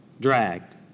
Dragged